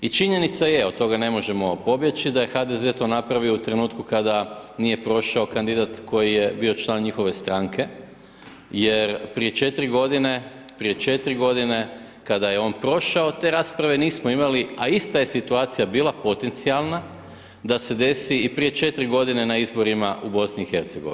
I činjenica je od toga ne možemo pobjeći da je HDZ to napravio to u trenutku kada nije prošao kandidat koji je bio član njihove stranke, jer prije 4 godine, prije 4 godine kada je on prošao te rasprave nismo imali, a ista je situacija bila potencijalna da se desi i prije 4 godine na izborima u BiH.